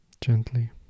gently